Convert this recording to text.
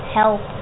help